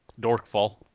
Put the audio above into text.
Dorkfall